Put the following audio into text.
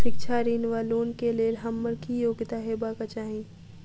शिक्षा ऋण वा लोन केँ लेल हम्मर की योग्यता हेबाक चाहि?